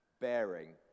bearing